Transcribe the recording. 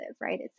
right